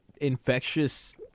infectious